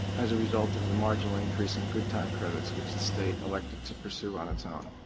as a result of the marginal increase in good time credits, which the state elected to pursue on its um